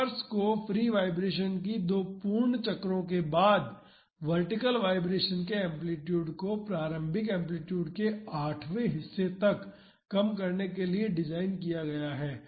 dampers को free vibration की दो पूर्ण चक्रों के बाद वर्टीकल वाइब्रेशन के एम्पलीटूड को प्रारंभिक एम्पलीटूड के आठवें हिस्से तक कम करने के लिए डिज़ाइन किया गया है